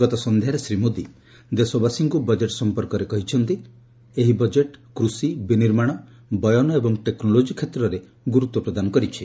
ଗତସନ୍ଧ୍ୟାରେ ଶ୍ରୀ ମୋଦି ଦେଶବାସୀଙ୍କୁ ବଜେଟ୍ ସଂପର୍କରେ କହିଛନ୍ତି ଏହି ବଜେଟ୍ କୃଷି ବିନିର୍ମାଣ ବୟନ ଏବଂ ଟେକ୍ନୋଲୋଜି କ୍ଷେତ୍ରରେ ଗୁରୁତ୍ୱ ପ୍ରଦାନ କରିଛି